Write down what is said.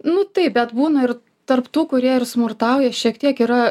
nu taip bet būna ir tarp tų kurie ir smurtauja šiek tiek yra